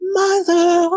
mother